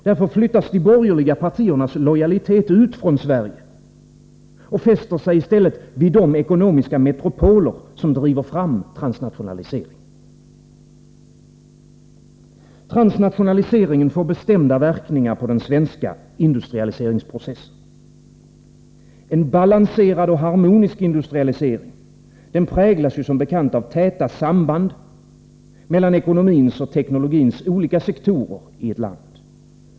Därför flyttas de borgerliga partiernas lojalitet ut från Sverige och fäster sig i stället vid de ekonomiska metropoler som driver fram transnationaliseringen. Transnationaliseringen får bestämda verkningar på den svenska industrialiseringsprocessen. En balanserad och harmonisk industrialisering präglas som bekant av täta samband mellan ekonomins och teknologins olika sektorer i ett land.